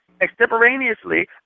extemporaneously